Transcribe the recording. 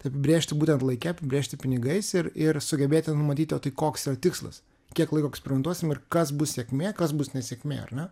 apibrėžti būtent laike apibrėžti pinigais ir ir sugebėti numatyti o tai koks yra tikslas kiek laiko eksportuosim ir kas bus sėkmė kas bus nesėkmė ar ne